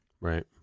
Right